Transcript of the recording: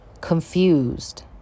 confused